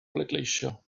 bleidleisio